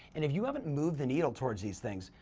and if you haven't move the needle towards these things,